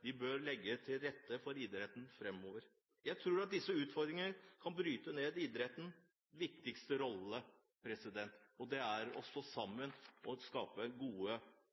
Vi bør legge til rette for idretten framover. Jeg tror at disse utfordringene kan bryte ned idrettens viktigste rolle, og det er å stå sammen og skape gode